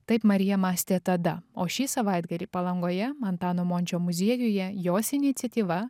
taip marija mąstė tada o šį savaitgalį palangoje antano mončio muziejuje jos iniciatyva